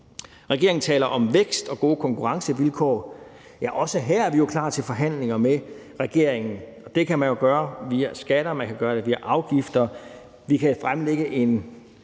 Regeringen taler om vækst og gode konkurrencevilkår. Ja, også her er vi jo klar til forhandlinger med regeringen. Det kan man jo gøre via skatter, og man kan gøre det via afgifter. Vi kan fremlægge en